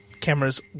cameras